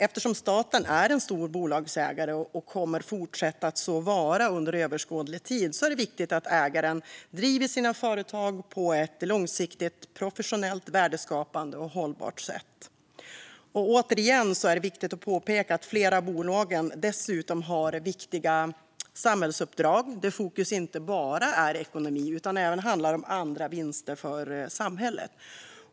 Eftersom staten är en stor bolagsägare och kommer att fortsätta att vara det under överskådlig tid är det viktigt att ägaren driver sina företag på ett långsiktigt professionellt, värdeskapande och hållbart sätt. Återigen är det viktigt att påpeka att flera av bolagen dessutom har viktiga samhällsuppdrag där fokus inte bara är ekonomi utan där det även handlar om andra vinster för samhället.